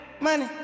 money